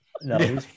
No